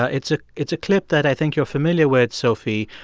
ah it's ah it's a clip that i think you're familiar with, sophie.